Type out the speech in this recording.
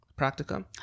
practicum